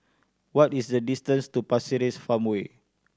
what is the distance to Pasir Ris Farmway